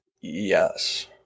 Yes